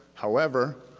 however,